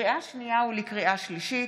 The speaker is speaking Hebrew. לקריאה שנייה ולקריאה שלישית,